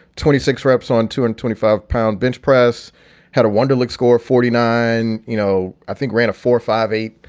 twenty six reps on two and twenty five pound bench press had a wonderlic score. forty nine. you know, i think ran a four, five, eight.